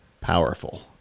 powerful